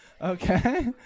Okay